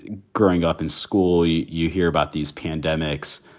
growing up in school, you you hear about these pandemics,